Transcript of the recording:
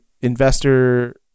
investor